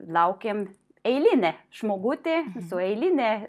laukėm eilinę žmogutį su eiline